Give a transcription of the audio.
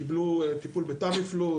קיבלו טיפול בטמיפלו,